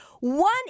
One